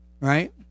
right